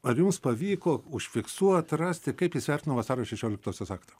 ar jums pavyko užfiksuot rasti kaip jis vertino vasario šešioliktosios aktą